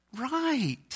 right